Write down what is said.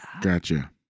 Gotcha